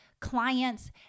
clients